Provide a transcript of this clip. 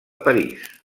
parís